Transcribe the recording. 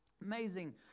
Amazing